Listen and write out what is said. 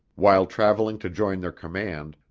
while traveling to join their command,